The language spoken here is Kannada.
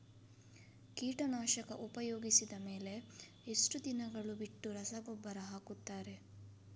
ಕೀಟನಾಶಕ ಉಪಯೋಗಿಸಿದ ಮೇಲೆ ಎಷ್ಟು ದಿನಗಳು ಬಿಟ್ಟು ರಸಗೊಬ್ಬರ ಹಾಕುತ್ತಾರೆ?